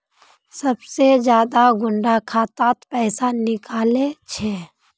सबसे ज्यादा कुंडा खाता त पैसा निकले छे?